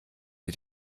sie